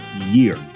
year